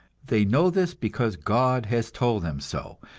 they know this because god has told them so,